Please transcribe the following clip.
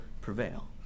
prevail